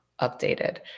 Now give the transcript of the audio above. updated